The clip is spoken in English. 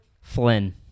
Flynn